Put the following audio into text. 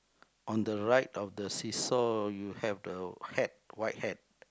on the right of the seesaw you have the hat white hat